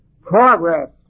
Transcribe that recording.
progress